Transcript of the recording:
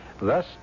Thus